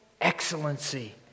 excellency